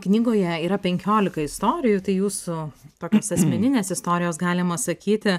knygoje yra penkiolika istorijų tai jūsų tokios asmeninės istorijos galima sakyti